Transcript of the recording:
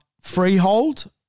freehold